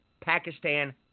Pakistan